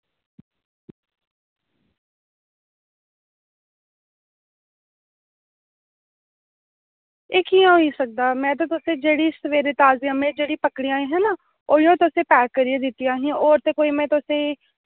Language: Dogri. एह् कि'यां होई सकदा में ते तुसेंगी जेह्ड़ी सवेरे ताज़ा में जेह्ड़ी पकड़ियां हियां ना उ'यै तुसेंगी पैक करियै दित्तियां हियां होर ते कोई में तुसेंगी